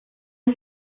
his